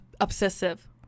obsessive